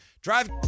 Drive